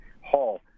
Hall